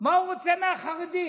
מה הוא רוצה מהחרדים?